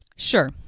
Sure